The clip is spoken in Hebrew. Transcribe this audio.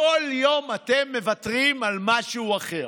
בכל יום אתם מוותרים על משהו אחר,